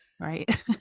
Right